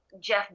Jeff